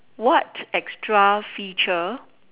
what extra feature